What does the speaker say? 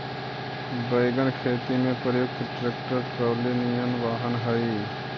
wagon खेती में प्रयुक्त ट्रैक्टर ट्रॉली निअन वाहन हई